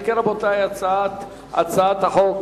אם כן, הצעת החוק